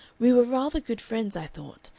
we were rather good friends, i thought,